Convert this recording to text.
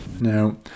Now